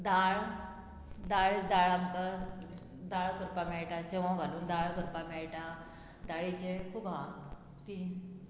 दाळ दाळ दाळ आमकां दाळ करपाक मेळटा चेंवो घालून दाळ करपाक मेळटा दाळेचें खूब आहा ती